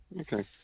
Okay